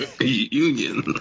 union